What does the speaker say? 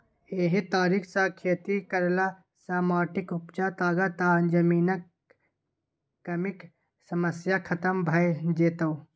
एहि तरीका सँ खेती करला सँ माटिक उपजा ताकत आ जमीनक कमीक समस्या खतम भ जेतै